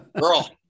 Girl